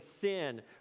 sin